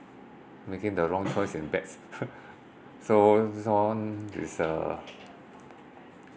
making the wrong choice in bets so this one is uh